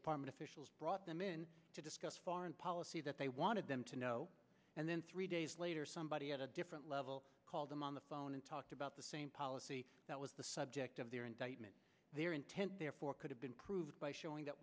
department officials brought them in to discuss foreign policy that they wanted them to know and then three days later somebody at a different level called them on the phone and talked about the same policy that was the subject of their indictment their intent therefore could have been proved by showing that